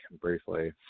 briefly